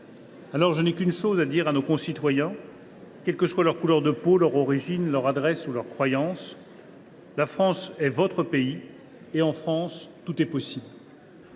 Aussi, je n’ai qu’une chose à dire à nos concitoyens, quelle que soit leur couleur de peau, leur origine, leur adresse ou leurs croyances : la France est votre pays et, en France, tout est possible